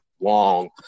long –